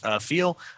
feel